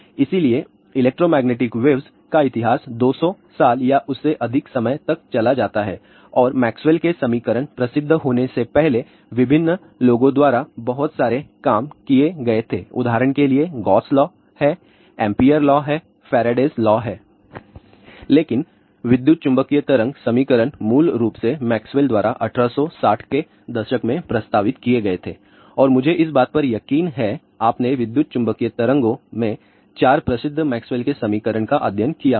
इसलिए electromagnetic waves का इतिहास 200 साल या उससे अधिक समय तक चला जाता है और मैक्सवेल के समीकरण प्रसिद्ध होने से पहले विभिन्न लोगों द्वारा बहुत सारे काम किए गए थे उदाहरण के लिए गॉस लॉ हैएम्पियरस लॉ Ampere's law हैफैराडेस लॉ Faraday's law है लेकिन विद्युत चुम्बकीय तरंग समीकरण मूल रूप से मैक्सवेल द्वारा 1860 के दशक में प्रस्तावित किए गए थे और मुझे इस बात पर यकीन है आपने विद्युत चुम्बकीय तरंगों में 4 प्रसिद्ध मैक्सवेल के समीकरण का अध्ययन किया होगा